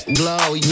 glow